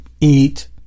eat